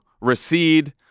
recede